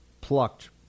plucked